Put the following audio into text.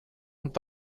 und